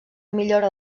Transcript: millora